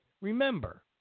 remember